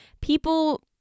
people